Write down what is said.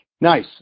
nice